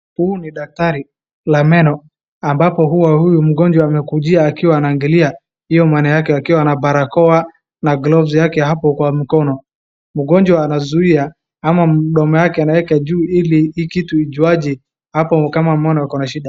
Huyu ni daktari la meno ambapo huwa huyu mgonjwa amekujia akiwa anangalia hiyo meno yake akiwa na barakoa na glovu yake hapo kwa mkono. Mgonjwa anazuia au mdomo yake anaeka juu ili hii kitu ijuaje hapo meno iko na shida.